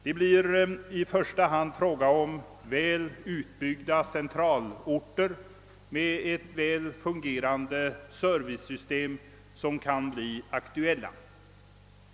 Det är i första hand väl utbyggda centralorter med ett väl fungerande servicesystem, som kan bli aktuella.